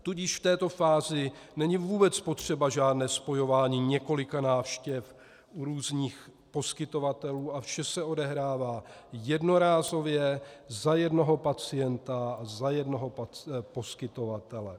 Tudíž v této fázi není vůbec potřeba žádné spojování několika návštěv u různých poskytovatelů a vše se odehrává jednorázově, za jednoho pacienta, za jednoho poskytovatele.